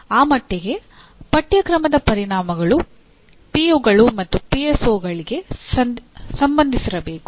ಆ ಮಟ್ಟಿಗೆ ಪಠ್ಯಕ್ರಮದ ಪರಿಣಾಮಗಳು ಪಿಒಗಳು ಸಂಬಂಧಿಸಿರಬೇಕು